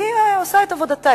היא עושה את עבודתה,